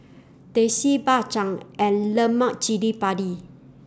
Teh C Bak Chang and Lemak Cili Padi